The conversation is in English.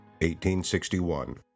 1861